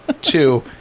two